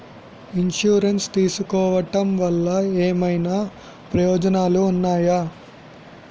Insurance తీసుకోవటం వల్ల ఏమైనా ప్రయోజనాలు ఉన్నాయా?